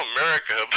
America